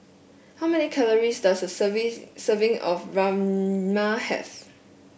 how many calories does a serves serving of Rajma have